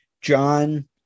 John